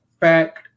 fact